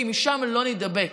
כי משם לא נידבק.